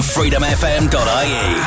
FreedomFM.ie